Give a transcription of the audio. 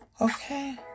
okay